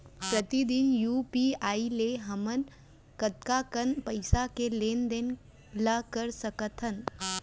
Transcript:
प्रतिदन यू.पी.आई ले हमन कतका कन पइसा के लेन देन ल कर सकथन?